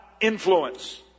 influence